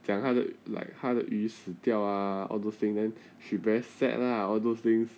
讲她的 like 她的鱼死掉 ah all those thing then she very sad lah all those things